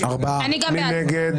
מי נמנע?